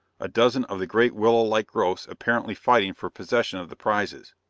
a dozen of the great willow-like growths apparently fighting for possession of the prizes.